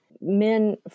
men